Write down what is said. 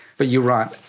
but you're right,